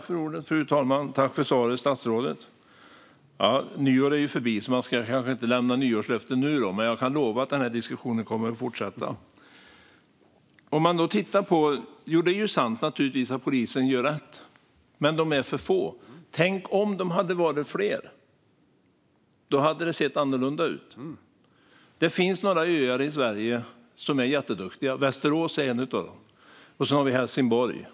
Fru talman! Nyår är förbi, så man ska kanske inte ge nyårslöften nu. Men jag kan lova att diskussionen kommer att fortsätta. Det är förstås sant att polisen gör rätt, men de är för få. Tänk om de hade varit fler! Då hade det sett annorlunda ut. Det finns några öar i Sverige som är jätteduktiga. Västerås är en av dem, och så har vi Helsingborg.